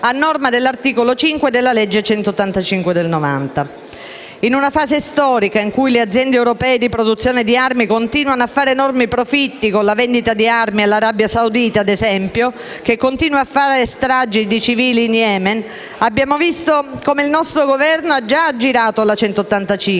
a norma dell'articolo 5 della legge n. 185 del 1990. In una fase storica in cui le aziende europee di produzione di armi continuano a fare enormi profitti con la vendita di armi, ad esempio all'Arabia Saudita, che continua a fare stragi di civili in Yemen, abbiamo visto come il nostro Governo ha già aggirato la 185,